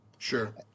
Sure